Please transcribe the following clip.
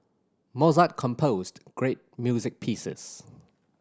Mozart composed great music pieces